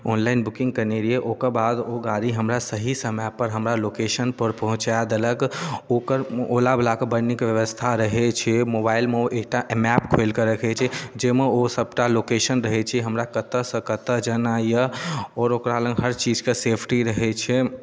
online booking कयने रहियै ओकर बाद ओ गाड़ी हमरा सही समयपर हमरा लोकेशनपर पहुँचाए देलक ओकर ओलावलाके बड़ नीक व्यवस्था रहै छै मोबाइलमे ओ एकटा मैप खोलि कऽ रखै छै जाहिमे ओ सभटा लोकेशन रहैत छै हमरा कतयसँ कतय जेनाइ यए आओर ओकरा लग हर चीजके सेफ्टी रहै छै